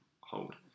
Hold